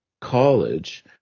college